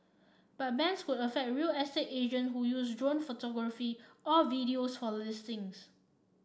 but bans could affect real estate agent who use drone photography or videos for listings